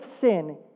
sin